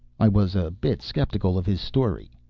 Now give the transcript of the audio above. i was a bit skeptical of his story.